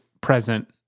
present